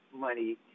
money